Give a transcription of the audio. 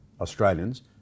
Australians